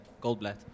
Goldblatt